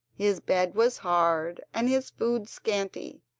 his bed was hard and his food scanty,